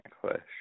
question